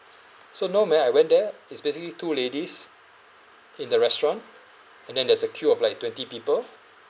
so no meh I went there is basically two ladies in the restaurant and then there's a queue of like twenty people